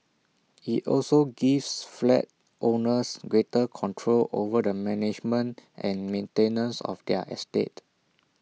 IT also gives flat owners greater control over the management and maintenance of their estate